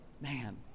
man